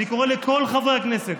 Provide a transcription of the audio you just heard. אני קורא לכל חברי הכנסת,